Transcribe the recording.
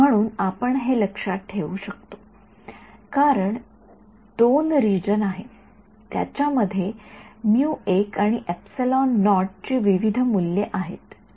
म्हणून आपण फक्त हे लक्षात ठेवू कारण २ रिजन आहेत त्याच्या मध्ये आणि ची विविध मूल्ये आहेत ठीक